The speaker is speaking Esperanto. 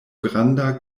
granda